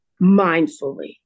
mindfully